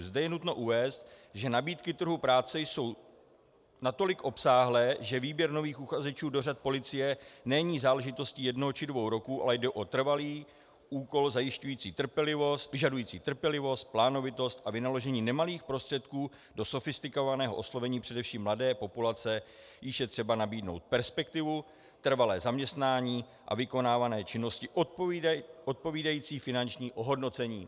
Zde je nutno uvést, že nabídky trhu práce jsou natolik obsáhlé, že výběr nových uchazečů do řad policie není záležitostí jednoho či dvou roků, ale jde o trvalý úkol, vyžadující trpělivost, plánovitost a vynaložení nemalých prostředků do sofistikovaného oslovení především mladé populace, jíž je třeba nabídnout perspektivu, trvalé zaměstnání a vykonávané činnosti odpovídající finanční ohodnocení.